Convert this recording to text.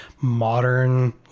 modern